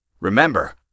Remember